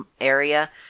area